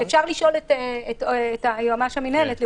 אפשר לשאול את יועמ"ש מינהלת האכיפה,